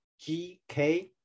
GK